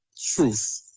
truth